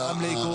לי.